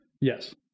Yes